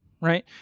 right